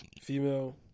female